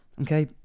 Okay